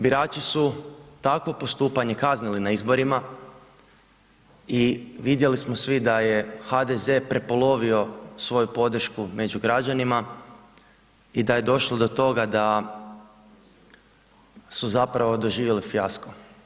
Birači su takvo postupanje kaznili na izborima i vidjeli smo svi da je HDZ prepolovio svoju podršku među građanima i da je došlo do toga da su zapravo doživjeli fijasko.